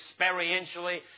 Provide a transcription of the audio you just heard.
experientially